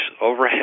overhead